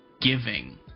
giving